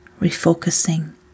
refocusing